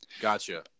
gotcha